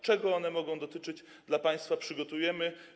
czego one mogą dotyczyć, dla państwa przygotujemy.